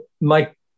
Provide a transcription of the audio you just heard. Mike